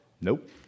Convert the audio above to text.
nope